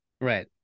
right